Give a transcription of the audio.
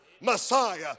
Messiah